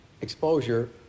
exposure